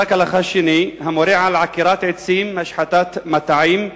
פסק הלכה שני, המורה על עקירת עצים, השחתת מטעים,